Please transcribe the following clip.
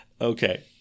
Okay